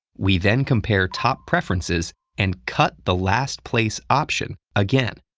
we then compare top preferences and cut the last place option again.